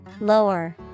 Lower